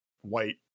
white